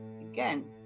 again